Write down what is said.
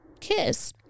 kiss